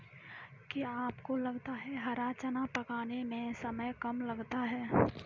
क्या आपको पता है हरा चना पकाने में समय कम लगता है?